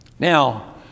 Now